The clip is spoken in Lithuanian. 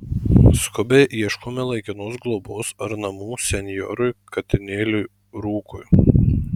skubiai ieškome laikinos globos ar namų senjorui katinėliui rūkui